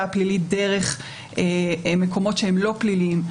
הפלילית דרך מקומות שהם לא פליליים.